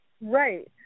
Right